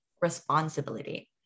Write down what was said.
responsibility